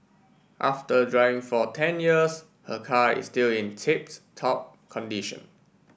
after driving for ten years her car is still in tip top condition